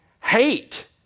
Hate